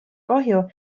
kahju